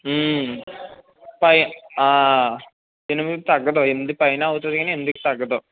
పై ఎనిమిదికి తగ్గదు ఎనిమిది పైన అవుతుంది కానీ ఎనిమిదికి తగ్గదు